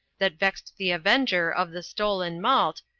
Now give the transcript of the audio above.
that vexed the avenger of the stolen malt,